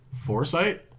foresight